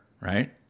right